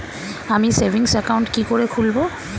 আমি savings account কি করে খুলব?